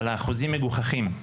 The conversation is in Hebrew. אבל האחוזים הם מגוחכים.